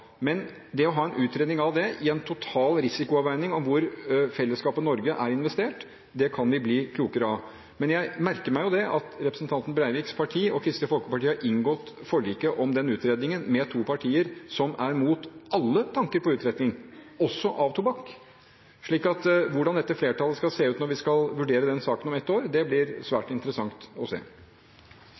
men det å ha en utredning av dette – i en total risikoavveining av hvor fellesskapet Norge er investert – kan vi bli klokere av. Men jeg merker meg jo at representanten Breiviks parti og Kristelig Folkeparti har inngått forliket om den utredningen med to partier som er mot alle tanker på uttrekning, også av tobakk, så hvordan